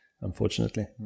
unfortunately